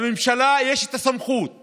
לממשלה יש את הסמכות